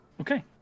Okay